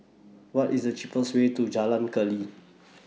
What IS The cheapest Way to Jalan Keli